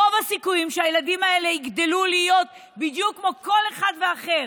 רוב הסיכויים שהילדים האלה יגדלו להיות בדיוק כמו כל אחד ואחר.